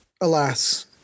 alas